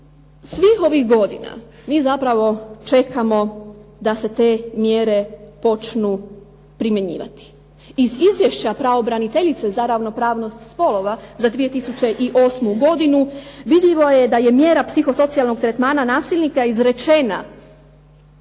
svih ovih godina mi zapravo čekamo da se te mjere počnu primjenjivati. Iz izvješća pravobraniteljice za ravnopravnost spolova za 2008. godinu vidljivo je da je mjera psihosocijalnog tretmana nasilnika izrečeno